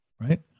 right